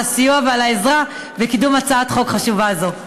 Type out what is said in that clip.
על הסיוע ועל העזרה בקידום הצעת חוק חשובה זו.